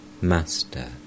Master